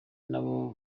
nabo